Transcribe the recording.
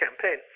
Campaign